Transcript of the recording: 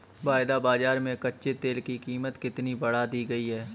वायदा बाजार में कच्चे तेल की कीमत कितनी बढ़ा दी गई है?